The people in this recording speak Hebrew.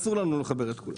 אבל אסור לנו לחבר את כולן.